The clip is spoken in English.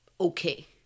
okay